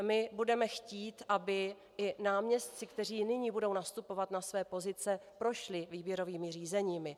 My budeme chtít, aby i náměstci, kteří nyní budou nastupovat na své pozice, prošli výběrovými řízeními.